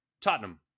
Tottenham